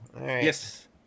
Yes